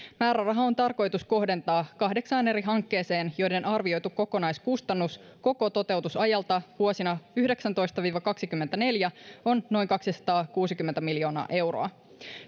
määräraha on tarkoitus kohdentaa kahdeksaan eri hankkeeseen joiden arvioitu kokonaiskustannus koko toteutusajalta vuosina yhdeksäntoista viiva kaksikymmentäneljä on noin kaksisataakuusikymmentä miljoonaa euroa